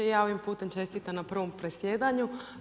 Ja ovim putem čestitam na prvom presjedanju.